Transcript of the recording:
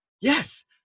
Yes